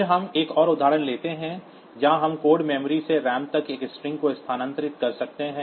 फिर हम एक और उदाहरण लेते हैं जहां हम कोड मेमोरी से रैम तक एक स्ट्रिंग को स्थानांतरित कर सकते हैं